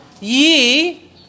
ye